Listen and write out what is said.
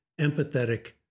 empathetic